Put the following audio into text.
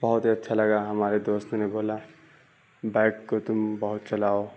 بہت ہی اچھا لگا ہمارے دوست نے بولا بائک کو تم بہت چلاؤ